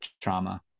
trauma